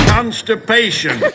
Constipation